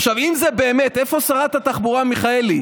אם זה באמת, איפה שרת התחבורה מיכאלי?